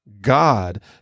God